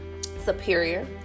superior